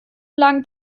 lang